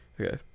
Okay